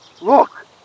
Look